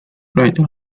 writer